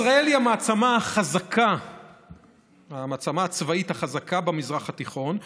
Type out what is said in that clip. ישראל היא המעצמה הצבאית החזקה במזרח התיכון,